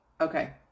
okay